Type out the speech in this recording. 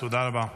תודה רבה.